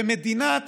במדינת